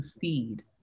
feed